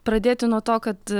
pradėti nuo to kad